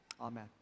Amen